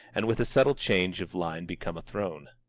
and with a subtle change of line become a throne.